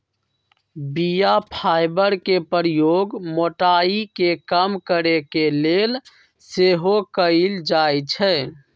बीया फाइबर के प्रयोग मोटाइ के कम करे के लेल सेहो कएल जाइ छइ